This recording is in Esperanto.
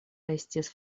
estis